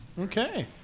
okay